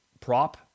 prop